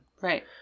Right